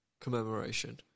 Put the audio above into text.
commemoration